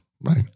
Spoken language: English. Right